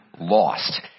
lost